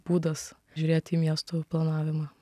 būdas žiūrėti į miestų planavimą